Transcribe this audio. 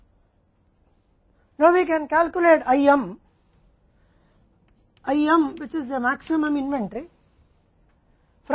अब हम IM IM की गणना कर सकते हैं जो कि अधिकतम इन्वेंट्री है